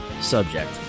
subject